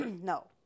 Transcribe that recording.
No